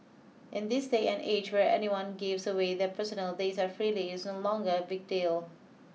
in this day and age where everyone gives away their personal data freely it is no longer a big deal